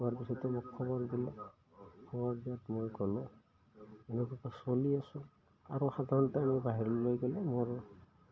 ঢুকোৱাৰ পিছত তেওঁ মোক খবৰ দিলে খবৰ দিয়াত মই গ'লোঁ এনেকুৱাকৈ চলি আছোঁ আৰু সাধাৰণতে মই বাহিৰলৈ গ'লে মোৰ